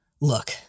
look